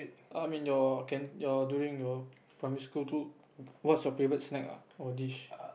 I mean your can your during your primary school food what's your favourite snack ah or dish